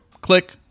click